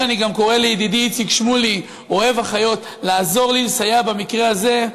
אני גם קורא לידידי איציק שמולי אוהב החיות לעזור לי לסייע במקרה הזה,